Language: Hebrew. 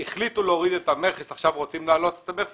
החליטו להוריד את המכס ועכשיו רוצים להעלות אותו.